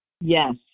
Yes